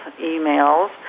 emails